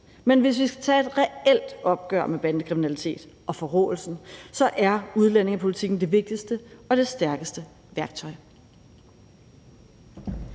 men hvis vi skal tage et reelt opgør med bandekriminaliteten og forråelsen, er udlændingepolitikken det vigtigste og det stærkeste værktøj.